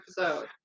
episode